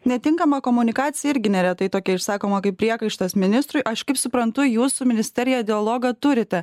netinkama komunikacija irgi neretai tokia išsakoma kaip priekaištas ministrui aš kaip suprantu jūs su ministerija dialogą turite